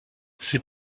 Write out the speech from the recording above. ses